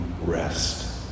rest